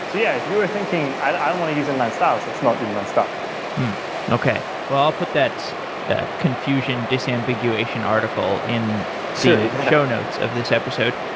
so yeah, if you were thinking i um want to use inline styles, it's not inline styles okay. well, i put that confusion, disambiguation article in the show notes of this episode.